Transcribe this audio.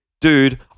dude